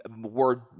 word